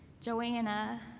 Joanna